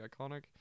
iconic